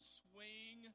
swing